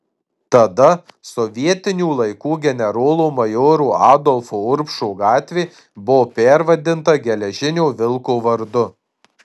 tada sovietinių laikų generolo majoro adolfo urbšo gatvė buvo pervadinta geležinio vilko vardu